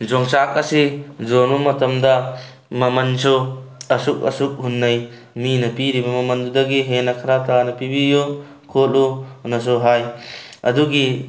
ꯌꯣꯡꯆꯥꯛ ꯑꯁꯤ ꯌꯣꯟꯕ ꯃꯇꯝꯗ ꯃꯃꯜꯁꯨ ꯑꯁꯨꯛ ꯑꯁꯨꯛ ꯍꯨꯟꯅꯩ ꯃꯤꯅ ꯄꯤꯔꯤꯕ ꯃꯃꯜꯗꯨꯗꯒꯤ ꯍꯦꯟꯅ ꯈꯔ ꯇꯥꯅ ꯄꯤꯕꯤꯌꯨ ꯈꯣꯠꯂꯨꯅꯁꯨ ꯍꯥꯏ ꯑꯗꯨꯒꯤ